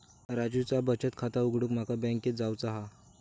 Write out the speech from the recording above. राजूचा बचत खाता उघडूक माका बँकेत जावचा हा